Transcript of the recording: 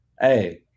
hey